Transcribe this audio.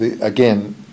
again